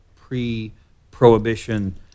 pre-Prohibition